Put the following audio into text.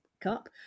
Cup